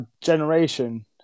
generation